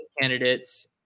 candidates